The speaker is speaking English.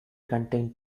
contain